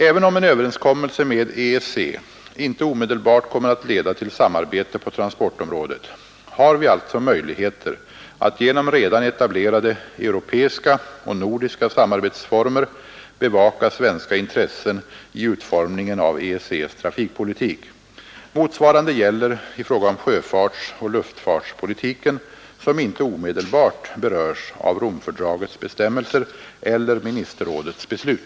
Även om en överenskommelse med EEC inte omedelbart kommer att leda till samarbete på transportområdet, har vi alltså möjligheter att genom redan etablerade europeiska och nordiska samarbetsformer bevaka svenska intressen i utformningen av EEC:s trafikpolitik. Motsvarande gäller i fråga om sjöfartsoch luftfartspolitiken, som inte omedelbart berörs av Romfördragets bestämmelser eller ministerrådets beslut.